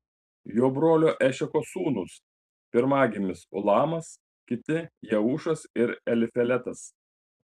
jo brolio ešeko sūnūs pirmagimis ulamas kiti jeušas ir elifeletas